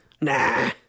Nah